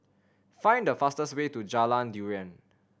find the fastest way to Jalan Durian